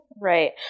Right